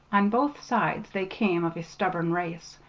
on both sides they came of a stubborn race,